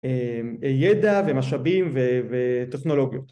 ‫ידע ומשאבים וטכנולוגיות.